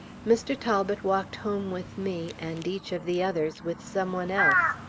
mr. talbot walked home with me, and each of the others with some one else.